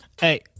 Hey